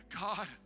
God